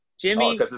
Jimmy